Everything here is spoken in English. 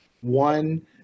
One